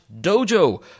dojo